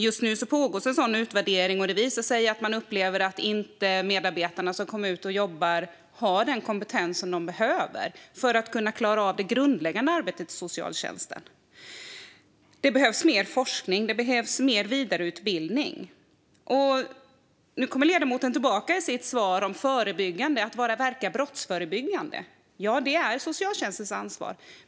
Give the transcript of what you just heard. Just nu pågår en sådan utvärdering, och det visar sig att man upplever att medarbetarna som kommer ut och jobbar inte har den kompetens de behöver för att kunna klara av det grundläggande arbetet i socialtjänsten. Det behövs mer forskning, och det behövs mer vidareutbildning. I sitt svar om förebyggande kom ledamoten tillbaka till att bara verka brottsförebyggande. Ja, det är socialtjänstens ansvar.